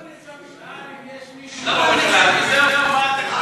תשאל אם יש מישהו באולם וזהו, מה אתה, ?